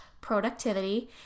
productivity